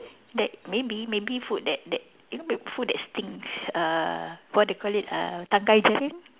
that maybe maybe food that that you know food that stinks uh what they called it uh tangkai jering